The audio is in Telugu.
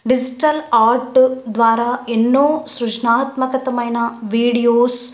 డిజిటల్ ఆర్ట్ ద్వారా ఎన్నో సృజనాత్మకమైన వీడియోస్